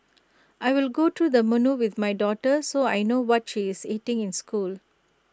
I will go to the menu with my daughter so I know what she is eating in school